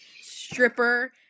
stripper